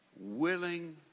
willing